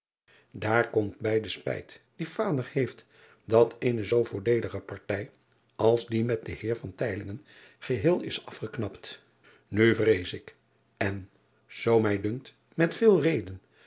aar komt bij de spijt die vader heeft dat eene zoo voordeelige partij als die met den eer geheel is afgeknapt u vrees ik en zoo mij dunkt met veel reden